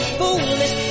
foolish